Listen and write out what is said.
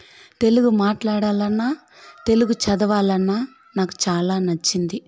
తెలుగు మాట్లాడాలన్నా తెలుగు చదవాలన్న నాకు చాలా నచ్చింది